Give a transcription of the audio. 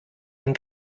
ein